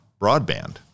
broadband